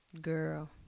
Girl